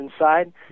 inside